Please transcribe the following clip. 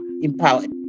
empowered